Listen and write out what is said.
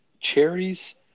cherries